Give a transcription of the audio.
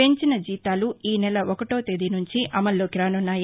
పెంచిన జీతాలు ఈ నెల ఒకటో తేదీ నుంచి అమల్లోకి రానున్నాయి